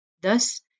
Thus